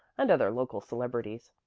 and other local celebrities.